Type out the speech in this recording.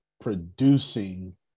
producing